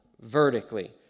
vertically